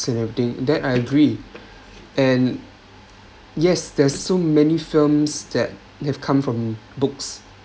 and everything that I agree and yes there's so many films that have come from books